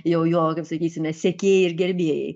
jau jo kaip sakysime sekėjai ir gerbėjai